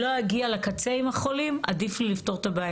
לאוכלוסייה הזאת של +65 באשפוזים ותמותה.